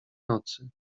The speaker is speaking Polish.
nocy